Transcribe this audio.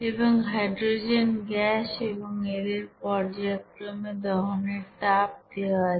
এবং hydrogen gas এবং এদের পর্যায়ক্রমে দহনের তাপ দেওয়া আছে